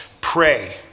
Pray